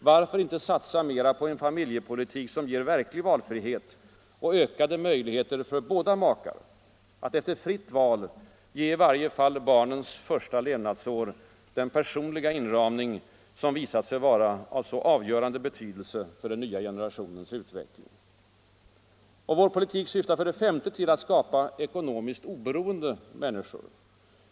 Varför inte satsa på en familjepolitik som ger valfrihet och ökade möjligheter för båda makar att efter fritt val ge i varje fall barnens första levnadsår den personliga inramning som visat sig vara av så avgörande betydelse för den nya generationens utveckling? 5. Vår politik syftar till att skapa ekonomiskt oberoende människor.